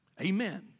Amen